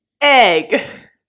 egg